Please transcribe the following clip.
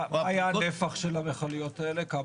מה היה הנפח של המכליות האלה?